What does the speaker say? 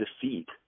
defeat